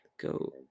go